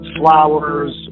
flowers